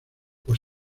pues